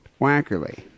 Wackerly